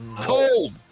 cold